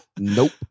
Nope